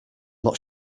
not